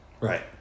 Right